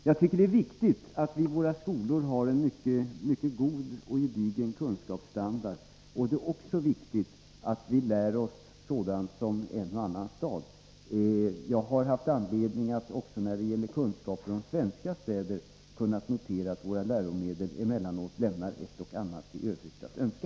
Jag tycker att det är viktigt att vi i våra skolor har en mycket god och gedigen kunskapsstandard. Det är också viktigt att vi lär oss sådant som en och annan stad. Jag har kunnat notera att våra läromedel också när det gäller kunskaper om svenska städer emellanåt lämnar en del övrigt att önska.